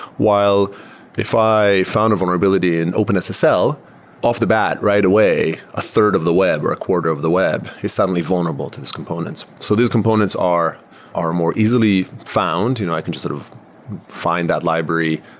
while if i found a vulnerability and open so ssl, off the bat, right away, a third of the web or a quarter of the web is suddenly vulnerable to these components. so these components are are more easily found. you know i can just sort of find that library.